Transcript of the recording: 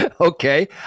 Okay